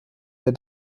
der